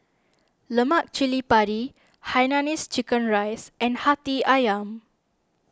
Lemak Cili Padi Hainanese Chicken Rice and Hati Ayam